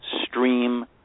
Stream